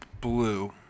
Blue